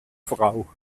frau